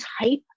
type